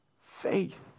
faith